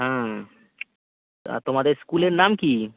হুম তা তোমাদের স্কুলের নাম কী